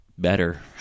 better